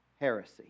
heresy